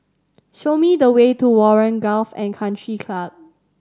show me the way to Warren Golf and Country Club